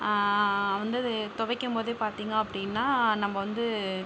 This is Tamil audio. வந்து அது துவைக்கும்போதே பார்த்தீங்க அப்படின்னா நம்ம வந்து